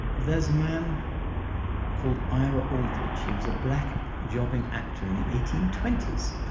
there's a man called ira aldridge, he was a black jobbing actor in the eighteen twenty s.